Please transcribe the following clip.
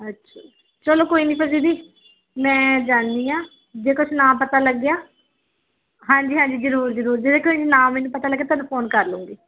ਅੱਛਾ ਚਲੋ ਕੋਈ ਨਹੀਂ ਫੇਰ ਦੀਦੀ ਮੈਂ ਜਾਂਦੀ ਹਾਂ ਜੇ ਕੁਛ ਨਾ ਪਤਾ ਲੱਗਿਆ ਹਾਂਜੀ ਹਾਂਜੀ ਜ਼ਰੂਰ ਜ਼ਰੂਰ ਜੇ ਕੁਛ ਨਾ ਮੈਨੂੰ ਪਤਾ ਲੱਗਾ ਤੁਹਾਨੂੰ ਫੋਨ ਕਰ ਲੂੰਗੀ